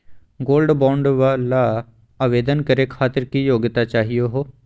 Gold bond ल आवेदन करे खातीर की योग्यता चाहियो हो?